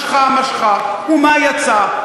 משכה, משכה, ומה יצא?